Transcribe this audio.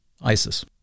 ISIS